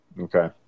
Okay